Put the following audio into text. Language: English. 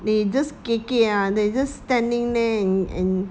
they just gei gei ah they just standing there and and